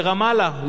לרמאללה,